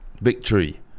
victory